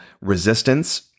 resistance